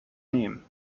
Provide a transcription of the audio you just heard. nehmen